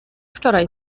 wczoraj